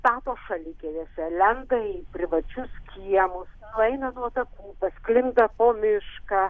stato šalikelėse lenda į privačius kiemus nueina nuo takų pasklinda po mišką